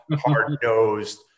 hard-nosed